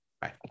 Bye